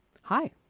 Hi